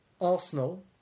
Arsenal